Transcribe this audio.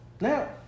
now